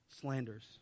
slanders